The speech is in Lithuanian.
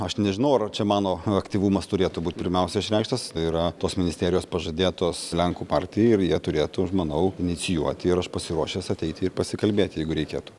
aš nežinau ar čia mano aktyvumas turėtų būt pirmiausia išreikštas tai yra tos ministerijos pažadėtos lenkų partijai ir jie turėtų aš manau inicijuoti ir aš pasiruošęs ateiti ir pasikalbėti jeigu reikėtų